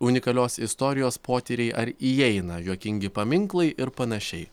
unikalios istorijos potyriai ar įeina juokingi paminklai ir panašiai